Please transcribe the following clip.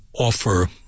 offer